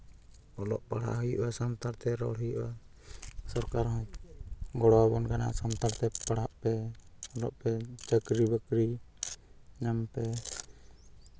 ᱚᱞᱚᱜ ᱯᱟᱲᱦᱟᱣ ᱦᱩᱭᱩᱜᱼᱟ ᱥᱟᱱᱛᱟᱲᱛᱮ ᱨᱚᱲ ᱦᱩᱭᱩᱜᱼᱟ ᱥᱚᱨᱠᱟᱨ ᱦᱚᱸ ᱜᱚᱲᱚ ᱟᱵᱚᱱ ᱠᱟᱱᱟ ᱥᱟᱱᱛᱟᱲᱛᱮ ᱯᱟᱲᱦᱟᱜ ᱯᱮ ᱚᱞᱚᱜ ᱯᱮ ᱪᱟᱹᱠᱨᱤ ᱵᱟᱹᱠᱨᱤ ᱧᱟᱢ ᱯᱮ